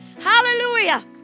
hallelujah